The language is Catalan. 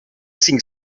cinc